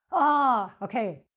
ah, okay.